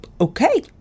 okay